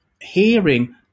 hearing